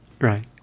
right